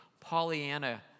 Pollyanna